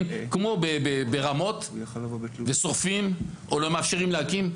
כמו ברמות ושורפים או לא מאפשרים להקים.